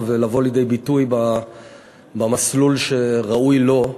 ולבוא לידי ביטוי במסלול שראוי לו,